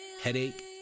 headache